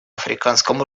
африканском